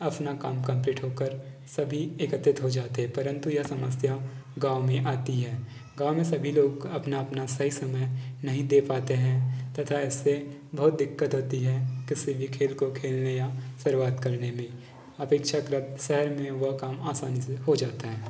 अपना काम कंप्लीट होकर सभी एकत्रित हो जाते हैं परंतु यह समस्या गाँव में आती है गाँव में सभी लोग अपना अपना सही समय नहीं दे पाते हैं तथा ऐसे बहुत दिक्कत होती है किसी भी खेल को खेलने या शुरुआत करने में अपेक्षाकृत शहर में वह काम आसानी से हो जाता है